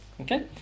Okay